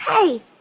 Hey